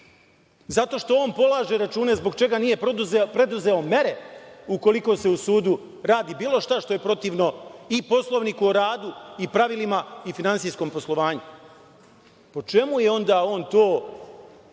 zato što on polaže račune zbog čega nije preduzeo mere ukoliko se u sudu radi bilo šta što je protivno i Poslovniku o radu i pravilima i finansijskom poslovanju. Po čemu je onda on to